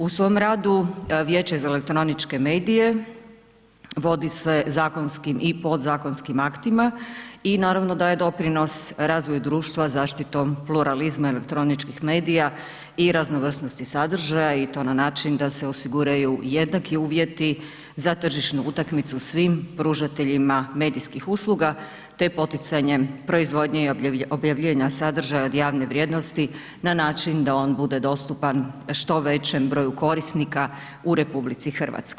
U svom radu, Vijeće za elektroničke medije vodi se zakonskim i podzakonskim aktima i naravno da je doprinos razvoju društva zaštitom pluralizma elektroničkih medija i raznovrsnosti sadržaja i to na način da se osiguraju jednaki uvjeti za tržišnu utakmicu svim pružateljima medijskih usluga te poticanjem proizvodnje i objavljivanja sadržaja od javne vrijednosti na način da on bude dostupan što većem broju korisnika u RH.